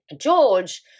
George